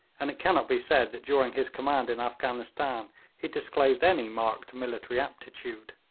and it cannot be said that during his command in afghanistan he disclosed any marked military aptitude.